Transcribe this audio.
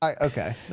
Okay